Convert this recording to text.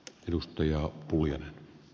arvoisa puhemies